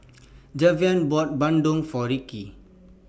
Javier bought Bandung For Rikki